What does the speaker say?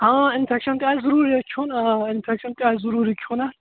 آ اِنفیٚکشن تہِ آسہِ ضروٗری اَتھ کھیٚون اِنفیٚکشن تہِ آسہِ ضروٗری کھیٚون اَتھ